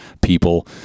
people